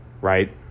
right